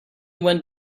went